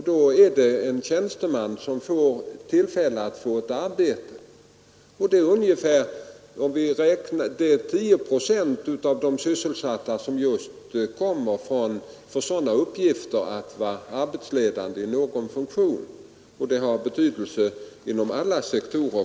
Då är det en tjänsteman som får tillfälle till ett arbete. Vi brukar räkna med att 10 procent av de sysselsatta får sådana uppgifter som att vara arbetsledande i någon funktion.